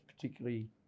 particularly